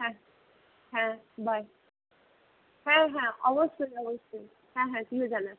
হ্যাঁ হ্যাঁ বাই হ্যাঁ হ্যাঁ অবশ্যই অবশ্যই হ্যাঁ হ্যাঁ তুইও জানাস